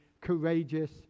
courageous